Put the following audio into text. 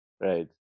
Right